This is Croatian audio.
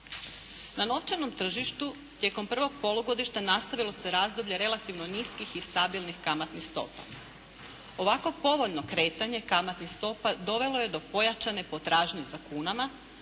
Na novčanom tržištu tijekom prvog polugodišta nastavilo se razdoblje relativno niskih i stabilnih kamatnih stopa. Ovako povoljno kretanje kamatnih stopa dovelo je do pojačane potražnje za kunama